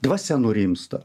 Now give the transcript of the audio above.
dvasia nurimsta